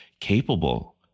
capable